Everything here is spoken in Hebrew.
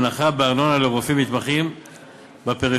הנחה בארנונה לרופאים מתמחים בפריפריה),